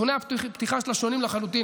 נתוני הפתיחה שלה שונים לחלוטין,